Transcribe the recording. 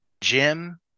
Jim